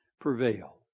prevail